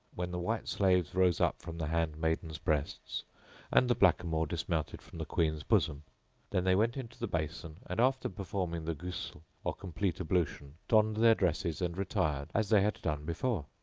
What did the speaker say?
when the white slaves rose up from the handmaidens' breasts and the blackamoor dismounted from the queen's bosom then they went into the basin and, after performing the ghusl, or complete ablution, donned their dresses and retired as they had done before.